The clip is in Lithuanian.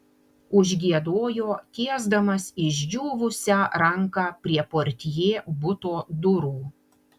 užgiedojo tiesdamas išdžiūvusią ranką prie portjė buto durų